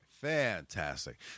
Fantastic